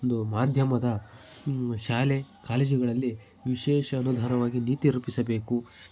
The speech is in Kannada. ಒಂದು ಮಾಧ್ಯಮದ ಶಾಲೆ ಕಾಲೇಜುಗಳಲ್ಲಿ ವಿಶೇಷ ಅನುದಾನವಾಗಿ ನೀತಿ ರೂಪಿಸಬೇಕು